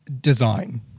design